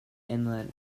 inlet